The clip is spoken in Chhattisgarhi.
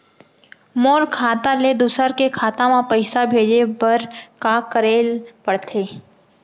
मोर खाता ले दूसर के खाता म पइसा भेजे बर का करेल पढ़थे?